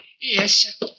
Yes